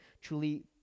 truly